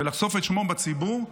ואחשוף את שמו בציבור,